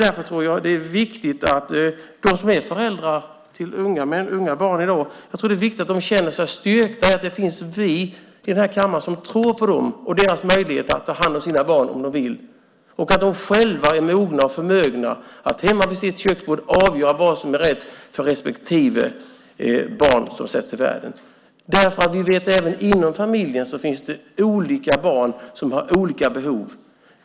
Jag tror att det är viktigt att de som är föräldrar till unga barn i dag känner sig styrkta i att vi här i kammaren tror på dem och deras möjligheter att ta hand om sina barn om de vill och att de själva är mogna och förmögna att hemma vid sitt köksbord avgöra vad som är rätt för vart och ett av de barn som sätts till världen. Även inom familjen har barnen olika behov.